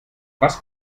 was